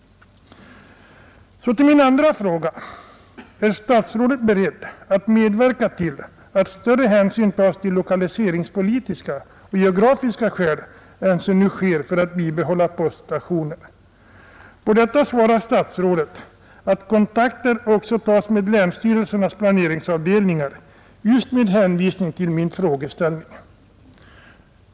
Så till min andra fråga. Är statsrådet beredd att medverka till att större hänsyn än nu tas till lokaliseringspolitiska och geografiska skäl för att bibehålla poststationer? På detta svarar statsrådet att kontakter också tas med länsstyrelsernas planeringsavdelningar just med hänvisning till min frågeställning.